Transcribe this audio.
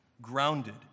grounded